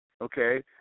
Okay